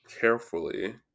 carefully